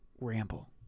ramble